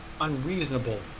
unreasonable